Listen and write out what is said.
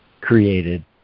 created